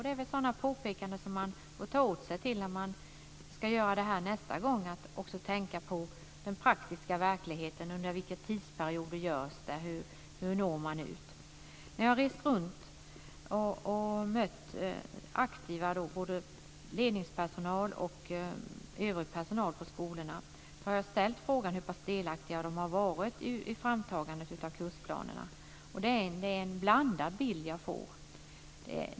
Det är väl sådana påpekanden som man får ta till sig när man ska göra det här nästa gång, att också tänka på den praktiska verkligheten, under vilken tidsperiod det görs och hur man når ut. När jag har rest runt och mött aktiva, både ledningspersonal och övrig personal, på skolorna har jag ställt frågan hur delaktiga de har varit i framtagandet av kursplanerna. Det är en blandad bild jag har fått.